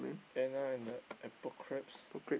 Anna and the Apocalypse